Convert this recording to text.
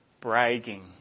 bragging